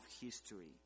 history